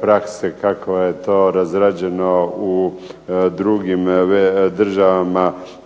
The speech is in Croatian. prakse kako je to razrađeno u drugim državama